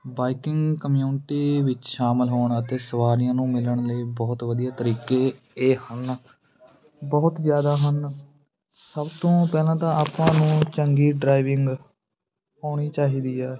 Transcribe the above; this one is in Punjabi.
ਬਾਈਕਿੰਗ ਕਮਿਊਨਟੀ ਵਿੱਚ ਸ਼ਾਮਿਲ ਹੋਣ ਅਤੇ ਸਵਾਰੀਆਂ ਨੂੰ ਮਿਲਣ ਲਈ ਬਹੁਤ ਵਧੀਆ ਤਰੀਕੇ ਇਹ ਹਨ ਬਹੁਤ ਜ਼ਿਆਦਾ ਹਨ ਸਭ ਤੋਂ ਪਹਿਲਾਂ ਤਾਂ ਆਪਾਂ ਨੂੰ ਚੰਗੀ ਡਰਾਈਵਿੰਗ ਆਉਣੀ ਚਾਹੀਦੀ ਆ